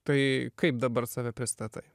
tai kaip dabar save pristatai